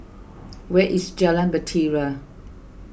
where is Jalan Bahtera